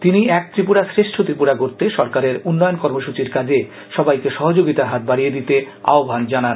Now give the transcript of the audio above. তিনি এক ত্রিপুরা শ্রেষ্ঠ ত্রিপুরা গড়তে সরকারের উন্নয়ন কর্মসূচির কাজে সবাইকে সহযোগিতার হাত বাড়িয়ে দিতে আহ্বান জানান তিনি